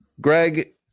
Greg